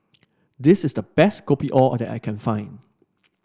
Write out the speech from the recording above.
this is the best Kopi O that I can find